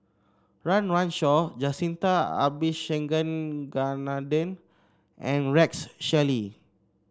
Run Run Shaw Jacintha Abisheganaden and Rex Shelley